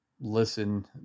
listen